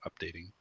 updating